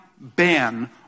ban